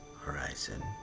horizon